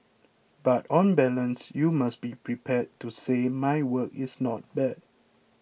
but on balance you must be prepared to say my work is not bad